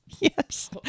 Yes